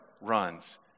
runs